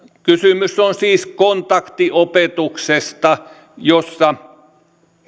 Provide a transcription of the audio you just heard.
kysymys on siis kontaktiopetuksesta jossa